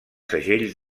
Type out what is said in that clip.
segells